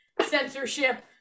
censorship